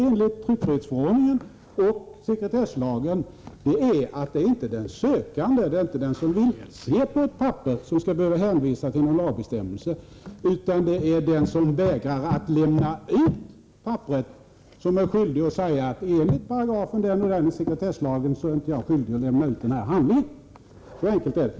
Enligt tryckfrihetsförordningen och sekretesslagen är det inte den sökande, den som vill titta på ett papper, som skall behöva hänvisa till en viss lagbestämmelse, utan det är den som vägrar att lämna ut papperna som är skyldig att säga: ”Enligt den och den paragrafen i sekretesslagen är jag inte skyldig att lämna ut den här handlingen.” Så enkelt är det.